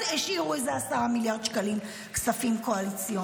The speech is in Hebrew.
השאירו איזה 10 מיליארד שקלים כספים קואליציוניים.